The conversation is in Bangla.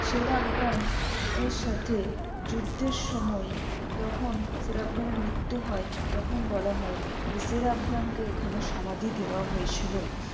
শের আফগান এর সাথে যুদ্ধের সময় তখন শের আফগানের মৃত্যু হয় তখন বলা হয় যে শের আফগানকে এখানে সমাধি দেওয়া হয়েছিলো